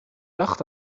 dacht